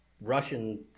Russian